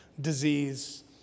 disease